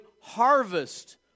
harvest